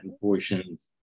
portions